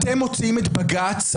אתם מוציאים את בג"ץ,